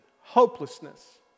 hopelessness